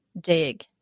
dig